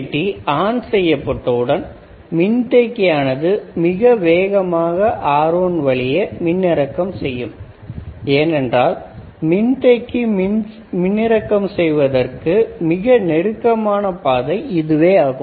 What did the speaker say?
UJT on செய்யப்பட்டவுடன் மின்தேக்கி ஆனது மிக வேகமாக R1 வழியே மின்னிறக்கம் செய்யும் ஏனென்றால் மின்தேக்கி மின்னிறக்கம் செய்வதற்கு மிக நெருக்கமான பாதை இதுவே ஆகும்